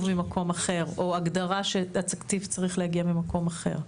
ממקום אחר או הגדרה שהתקציב צריך להגיע ממקום אחר.